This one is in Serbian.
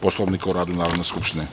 Poslovnika o radu Narodne skupštine.